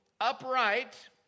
Upright